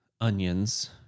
onions